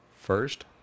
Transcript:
first